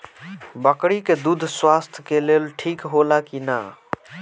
बकरी के दूध स्वास्थ्य के लेल ठीक होला कि ना?